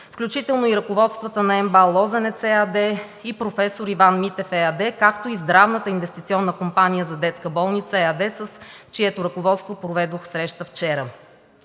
включително и ръководствата на МБАЛ „Лозенец“ ЕАД и „Професор Иван Митев“ ЕАД, както и „Здравната инвестиционна компания за детска болница“ ЕАД, с чието ръководство проведох среща вчера.